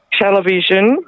Television